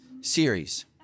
series